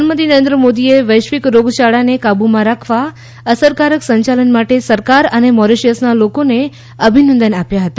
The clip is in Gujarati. પ્રધાનમંત્રી નરેન્દ્ર મોદીએ વૈશ્વિક રોગયાળાને કાબૂમાં રાખવા અસરકારક સંચાલન માટે સરકાર અને મોરિશિયસના લોકોને અભિનંદન આપ્યા હતા